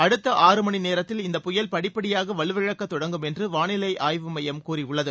அடுத்த ஆறு மணி நேரத்தில் இந்த புயல் படிப்படியாக வலுவிழக்க தொடங்கும் என்று வானிலை ஆய்வு மையம் கூறியுள்ளது